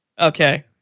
Okay